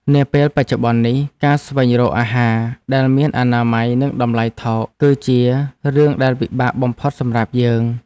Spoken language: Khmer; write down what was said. នាពេលបច្ចុប្បន្ននេះ ការស្វែងរកអាហារដែលមានអនាម័យនិងតម្លៃថោក គឺជារឿងដែលពិបាកបំផុតសម្រាប់យើង។